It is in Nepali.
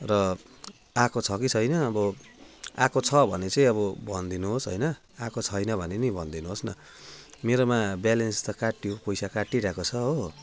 र आएको छ कि छैन अब आएको छ भने चाहिँ अब भनिदिनु होस् होइन आएको छैन भने नि भनिदिनु होस् न मेरोमा ब्यालेन्स त काट्यो पैसा काटिरहेको छ हो